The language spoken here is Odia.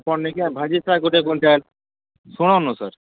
ଭାଜି ଶାଗ ଗୁଟେ କୁଇଣ୍ଟାଲ ଶୁଣୁନ ସାର୍